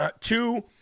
two